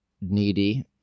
needy